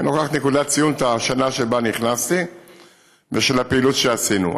אני לוקח את נקודת הציון את השנה שבה נכנסתי ושל הפעילות שעשינו.